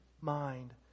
mind